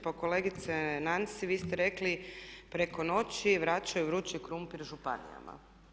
Pa kolegice Nansi vi ste rekli, preko noći vraćaju vrući krumpir županijama.